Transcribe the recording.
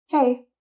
Hey